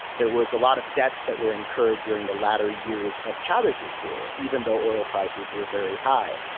there was a lot of debts that were incurred during the latter years of chavez's rule, even though oil prices were very high.